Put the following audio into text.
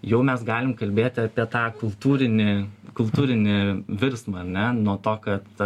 jau mes galim kalbėti apie tą kultūrinį kultūrinį virsmą ar ne nuo to kad